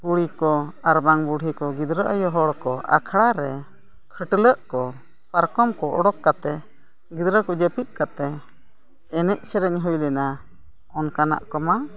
ᱠᱩᱲᱤ ᱠᱚ ᱟᱨ ᱵᱟᱝ ᱵᱩᱰᱷᱤ ᱠᱚ ᱜᱤᱫᱽᱨᱟᱹ ᱟᱭᱳ ᱦᱚᱲ ᱠᱚ ᱟᱠᱷᱲᱟ ᱨᱮ ᱠᱷᱟᱹᱴᱞᱟᱹᱜ ᱠᱚ ᱯᱟᱨᱠᱚᱢ ᱠᱚ ᱩᱰᱩᱠ ᱠᱟᱛᱮᱫ ᱜᱤᱫᱽᱨᱟᱹ ᱠᱚ ᱡᱟᱹᱯᱤᱫ ᱠᱟᱛᱮᱫ ᱮᱱᱮᱡ ᱥᱮᱨᱮᱧ ᱦᱩᱭ ᱞᱮᱱᱟ ᱚᱱᱠᱟᱱᱟᱜ ᱠᱚᱢᱟ